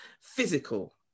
physical